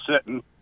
sitting